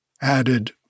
added